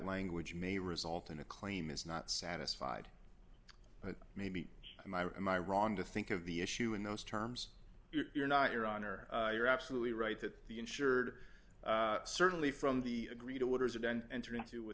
language may result in a claim is not satisfied but may be and i am i wrong to think of the issue in those terms you're not your honor you're absolutely right that the insured certainly from the agreed to waters event entered into with